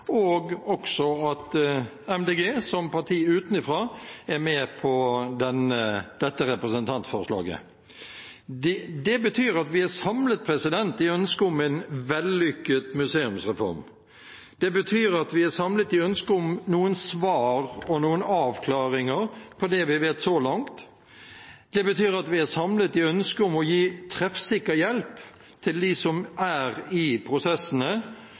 Også Miljøpartiet De Grønne, som et parti utenfra, er med på dette representantforslaget. Det betyr at vi er samlet i ønsket om en vellykket museumsreform. Det betyr at vi er samlet i ønsket om noen svar på og noen avklaringer av det vi vet så langt. Det betyr at vi er samlet i ønsket om å gi treffsikker hjelp til dem som er i prosessene,